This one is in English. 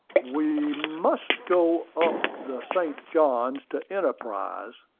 we must go up the st. johns to enterprise,